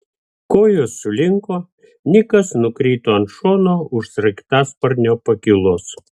kojos sulinko nikas nukrito ant šono už sraigtasparnio pakylos